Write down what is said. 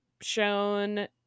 shown